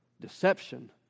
deception